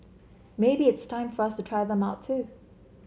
maybe it's time for us to try them out too